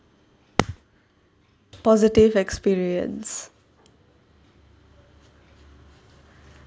positive experience